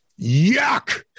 Yuck